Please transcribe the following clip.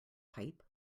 pipe